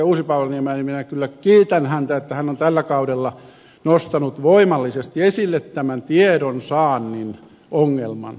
uusipaavalniemeä niin minä kyllä kiitän häntä että hän on tällä kaudella nostanut voimallisesti esille tämän tiedonsaannin ongelman